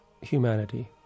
humanity